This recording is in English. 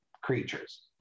creatures